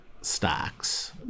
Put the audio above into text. stocks